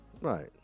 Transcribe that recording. Right